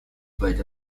played